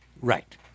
Right